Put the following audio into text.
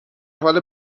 حال